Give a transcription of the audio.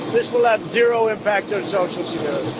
this will have zero impact on social so